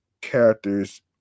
characters